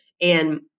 And-